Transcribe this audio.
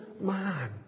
man